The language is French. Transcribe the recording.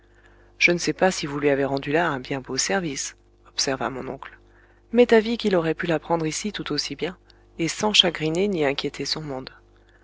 je ne sais pas si vous lui avez rendu là un bien beau service observa mon oncle m'est avis qu'il aurait pu l'apprendre ici tout aussi bien et sans chagriner ni inquiéter son monde